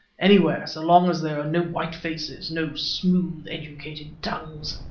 anywhere, so long as there are no white faces, no smooth educated tongues